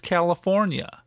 California